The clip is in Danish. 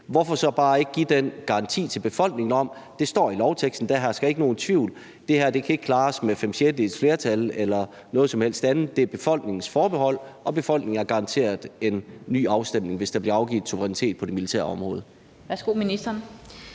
hvorfor så ikke bare give den garanti til befolkningen, ved at det står i lovteksten? Så hersker der ikke nogen tvivl om, at det ikke kan klares med fem sjettedels flertal eller noget som helst andet; det er befolkningens forbehold, og befolkningen er garanteret en ny afstemning, hvis der bliver afgivet suverænitet på det militære område.